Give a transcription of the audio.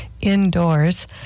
indoors